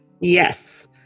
Yes